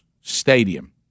stadium